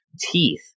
teeth